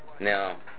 Now